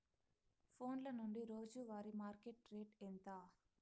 ఫోన్ల నుండి రోజు వారి మార్కెట్ రేటు ఎంత?